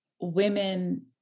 women